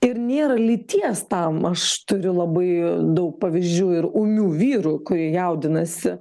ir nėra lyties tam aš turiu labai daug pavyzdžių ir ūmių vyrų kurie jaudinasi